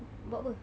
buat apa